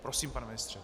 Prosím, pane ministře.